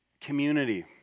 Community